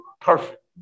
Perfect